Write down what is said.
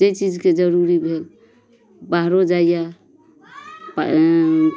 जै चीजके जरूरी भेल बाहरो जाइए